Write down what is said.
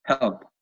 help